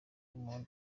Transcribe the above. umuntu